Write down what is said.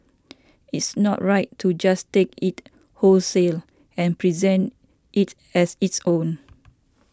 it's not right to just take it wholesale and present it as its own